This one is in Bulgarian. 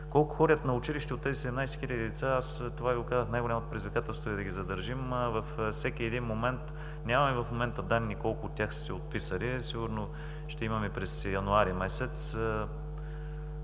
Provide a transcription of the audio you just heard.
Колко ходят на училище от тези 17 хил. деца? Аз това Ви го казах, най-голямото предизвикателство е да ги задържим. Нямаме в момента данни колко от тях са се отписали. Сигурно ще имаме през януари месец.